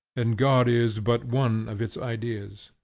and god is but one of its ideas.